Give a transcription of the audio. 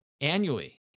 Annually